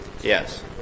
yes